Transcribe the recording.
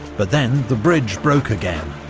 but then the bridge broke again,